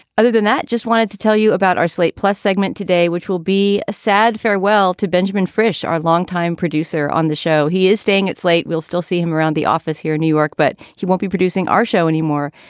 other than that, just wanted to tell you about our slate plus segment today, which will be a sad farewell to benjamin fresh, our longtime producer on the show. he is staying. it's late. we'll still see him around the office here in new york, but he won't be producing our show anymore.